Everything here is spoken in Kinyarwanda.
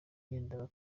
yenda